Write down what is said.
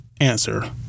Answer